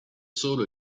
solo